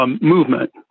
Movement